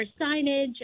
signage